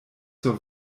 zur